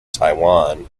taiwan